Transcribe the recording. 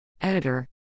Editor